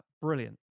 Brilliant